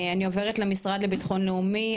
אני עוברת למשרד לביטחון לאומי,